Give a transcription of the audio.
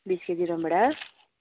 बिस केजी रामभेँडा